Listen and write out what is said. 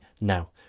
now